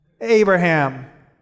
Abraham